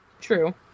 True